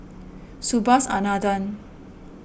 Subhas Anandan